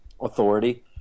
authority